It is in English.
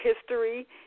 history